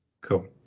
Cool